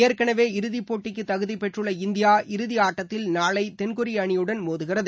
ஏற்கனவே இறுதி போட்டிக்கு தகுதி பெற்றுள்ள இந்தியா இறுதி ஆட்டத்தில் நாளை தென்கொரியா அணியுடன் மோதுகிறது